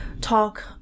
talk